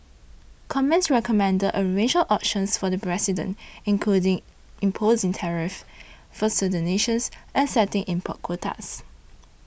commerce recommended a range of options for the president including imposing tariffs for certain nations and setting import quotas